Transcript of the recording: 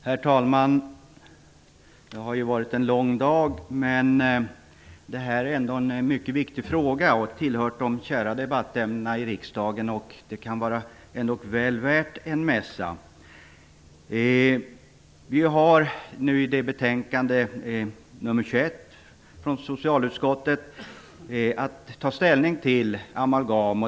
Herr talman! Det har ju varit en lång dag, men det här är ändå en mycket viktig fråga. Den har tillhört de kära debattämnena i riksdagen och kan ändå vara väl värd en mässa. I betänkande nr 21 från socialutskottet har vi haft att ta ställning till amalgam.